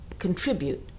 contribute